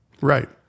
Right